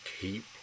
keep